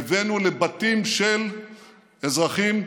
הבאנו לבתים של אזרחים,